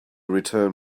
return